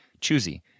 choosy